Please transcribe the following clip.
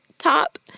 Top